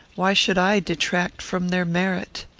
why should i detract from their merit?